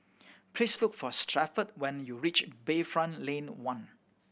please look for Stafford when you reach Bayfront Lane One